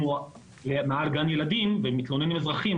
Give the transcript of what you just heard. אם הוא מעל גן ילדים ומתלוננים אזרחים,